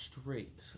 straight